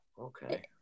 okay